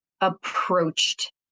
approached